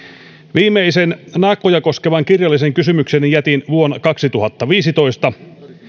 viimeisen naakkoja koskevan kirjallisen kysymykseni jätin vuonna kaksituhattaviisitoista